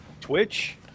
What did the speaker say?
twitch